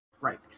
Right